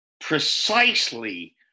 precisely